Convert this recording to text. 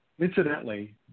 incidentally